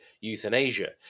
euthanasia